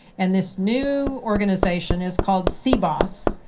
and this new organisation is called seabos,